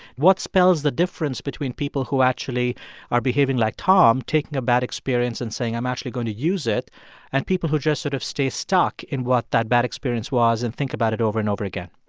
what spells the difference between people who actually are behaving like tom taking a bad experience and saying, i'm actually going to use it and people who just sort of stay stuck in what that bad experience was and think about it over and over again?